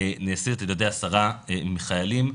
נעשית על ידי עשרה חיילים,